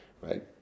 Right